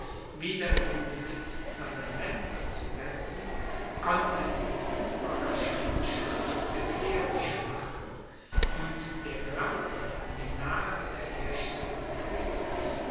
wieder in den besitz seiner länder zu setzen konnte diesen überraschenden schritt erklärlich machen und der glaube an die nahe wiederherstellung friedrichs